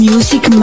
Music